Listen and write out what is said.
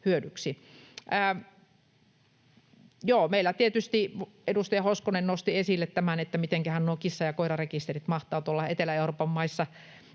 hyödyksi. Edustaja Hoskonen nosti esille tämän, että mitenköhän nuo kissa- ja koirarekisterit mahtavat tuolla Etelä-Euroopan maissa